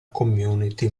community